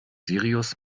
sirius